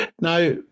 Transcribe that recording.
now